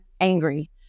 angry